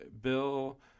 Bill